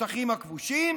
בשטחים הכבושים,